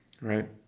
right